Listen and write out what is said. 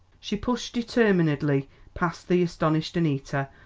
she pushed determinedly past the astonished annita,